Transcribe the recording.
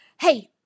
Hey